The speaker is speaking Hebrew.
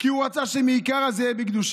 כי הוא רצה שמעיקרא זה יהיה בקדושה.